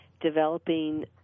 developing